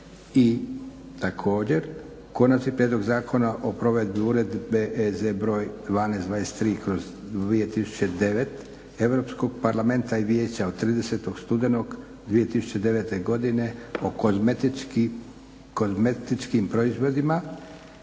i provedbu uredbe. Zakon o provedbi Uredbe (EZ) br. 1223/2009 Europskog parlamenta i vijeća od 30. studenoga 2009. o kozmetičkim proizvodima